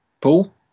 Paul